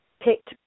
picked